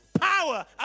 power